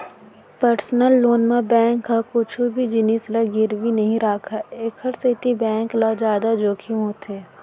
personal loan म bank ह कुछु भी जिनिस ल गिरवी नइ राखय एखर सेती बेंक ल जादा जोखिम होथे